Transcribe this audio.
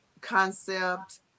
concept